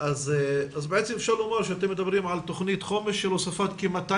אז בעצם אפשר לומר שאתם מדברים על תוכנית חומש של הוספת כ-200